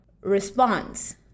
response